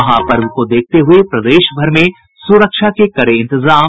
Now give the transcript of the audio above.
महापर्व को देखते हुये प्रदेशभर में सुरक्षा के कड़े इंतजाम